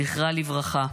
זכרה לברכה.